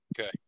Okay